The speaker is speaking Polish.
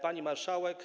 Pani Marszałek!